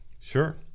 Sure